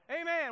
Amen